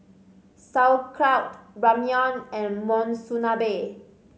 Sauerkraut Ramyeon and Monsunabe